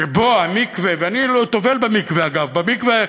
שבה המקווה, ואני טובל במקווה, אגב, במקווה,